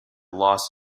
loss